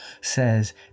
says